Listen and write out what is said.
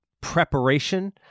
preparation